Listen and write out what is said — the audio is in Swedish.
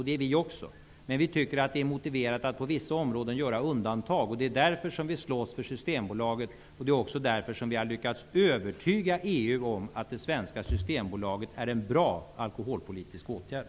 Det är vi också, men vi tycker att det är motiverat att på vissa områden göra undantag. Därför slåss vi för Systembolaget. Det är också därför som vi har lyckats övertyga EU om att det svenska systembolaget är en bra alkoholpolitisk åtgärd.